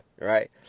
right